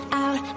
out